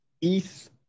ETH